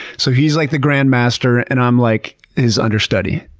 so he's like the grandmaster and i'm like his understudy.